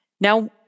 Now